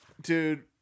Dude